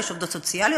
יש עובדות סוציאליות,